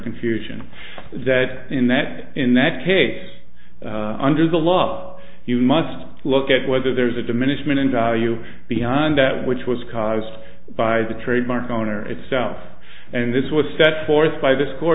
confusion that in that in that case under the law you must look at whether there's a diminishment in value beyond that which was caused by the trademark owner itself and this was set forth by th